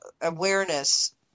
awareness